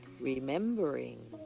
remembering